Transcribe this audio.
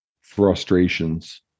frustrations